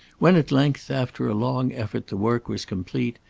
when at length, after a long effort, the work was complete,